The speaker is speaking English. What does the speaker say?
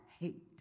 hate